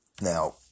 Now